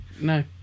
No